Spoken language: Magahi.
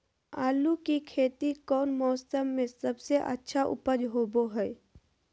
आलू की खेती कौन मौसम में सबसे अच्छा उपज होबो हय?